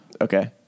Okay